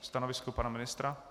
Stanovisko pana ministra?